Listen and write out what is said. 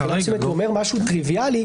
מבחינה מסוימת הוא אומר משהו טריוויאלי,